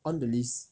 on the list